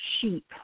sheep